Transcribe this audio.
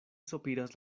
sopiras